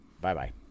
Bye-bye